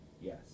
Yes